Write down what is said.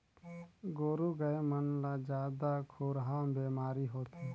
गोरु गाय मन ला जादा खुरहा बेमारी होथे